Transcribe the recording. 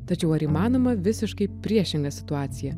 tačiau ar įmanoma visiškai priešingą situaciją